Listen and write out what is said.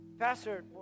Pastor